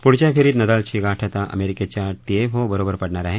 पुढच्या फेरीत नदालची गाठ आता अमेरिकेच्या पिएफो बरोबर पडणार आहे